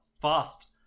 fast